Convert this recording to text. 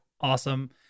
Awesome